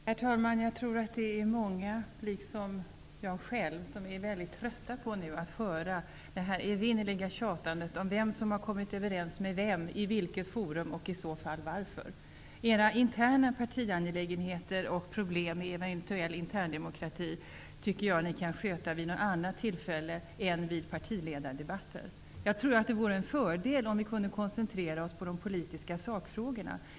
Herr talman! Jag tror att det är många som liksom jag är trötta på att höra det evinnerliga tjatet om vem som har kommit överens med vem, i vilket forum och i så fall varför. Era interna partiangelägenheter och problem i en eventuell interndemokrati tycker jag att ni kan sköta vid något annat tillfälle än vid partiledardebatter. Jag tror att det vore en fördel om vi kunde koncentrera oss på de politiska sakfrågorna.